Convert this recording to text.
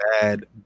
bad